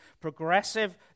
progressive